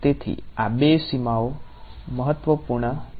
તેથી આ બે સીમાઓ મહત્વપૂર્ણ નથી